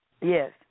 Yes